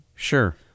Sure